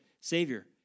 Savior